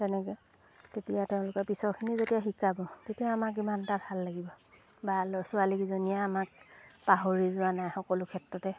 তেনেকৈ তেতিয়া তেওঁলোকে পিছৰখিনি যেতিয়া শিকাব তেতিয়া আমাক ইমান এটা ভাল লাগিব বা ছোৱালীকেইজনীয়ে আমাক পাহৰি যোৱা নাই সকলো ক্ষেত্ৰতে